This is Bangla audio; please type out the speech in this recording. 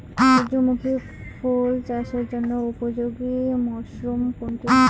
সূর্যমুখী ফুল চাষের জন্য উপযোগী মরসুম কোনটি?